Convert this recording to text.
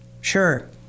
sure